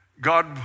God